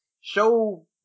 show